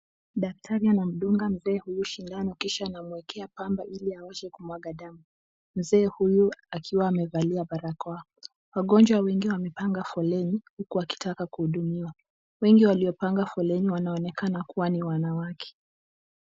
Daktari anamdunga mzee huyu sindano kisha anamuekea pamba ili awache kumwaga damu. Mzee huyu akiwa amevalia barakoa. Wagonjwa wengi wamepanga foleni huku wakitaka kuhudumiwa. Wengi waliopanga foleni wanaonekana kuwa ni wanawake.